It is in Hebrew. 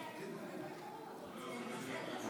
קבוצת סיעת